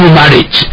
marriage